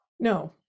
No